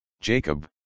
Jacob